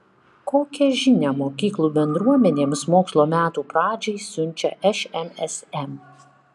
kokią žinią mokyklų bendruomenėms mokslo metų pradžiai siunčia šmsm